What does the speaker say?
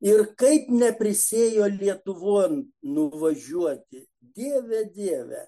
ir kaip neprisėjo lietuvon nuvažiuoti dieve dieve